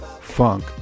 funk